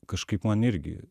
kažkaip man irgi